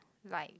like